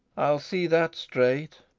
i'll see that straight.